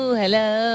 hello